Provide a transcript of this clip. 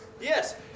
Yes